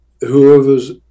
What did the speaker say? whoever's